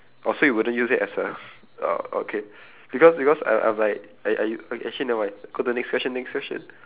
oh so you wouldn't use it as a orh okay because because I I'm like I I uh actually never mind go to the next question next question